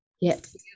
Yes